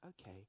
okay